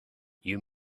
you